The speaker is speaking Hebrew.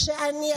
כשאני,